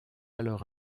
alors